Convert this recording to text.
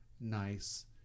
nice